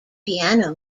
piano